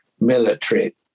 military